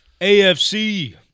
AFC